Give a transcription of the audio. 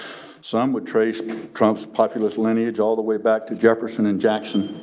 some would trace trump's populist lineage all the way back to jefferson and jackson.